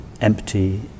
empty